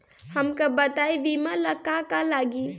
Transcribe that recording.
हमका बताई बीमा ला का का लागी?